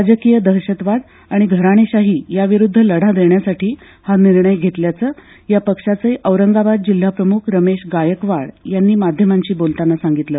राजकीय दहशतवाद आणि घराणेशाही याविरुद्ध लढा देण्यासाठी हा निर्णय घेतल्याचं या पक्षाचे औरंगाबाद जिल्हा प्रमुख रमेश गायकवाड यांनी माध्यमांशी बोलताना सांगितलं